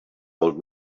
old